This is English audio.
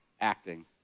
acting